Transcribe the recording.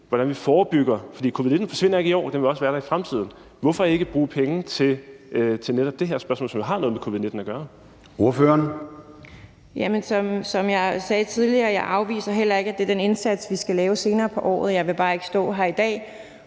hvordan vi forebygger. For covid-19 forsvinder ikke i år. Det vil også være der i fremtiden. Hvorfor ikke bruge penge til netop det her spørgsmål, som har noget med covid-19 at gøre? Kl. 10:39 Formanden (Søren Gade): Ordføreren. Kl. 10:39 Maria Durhuus (S): Som jeg sagde tidligere, afviser jeg heller ikke, at det er den indsats, vi skal lave senere på året. Jeg vil bare ikke stå her i dag